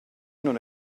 non